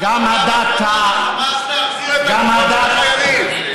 מתי קראת בפעם האחרונה לחמאס להחזיר את הגופות של החיילים?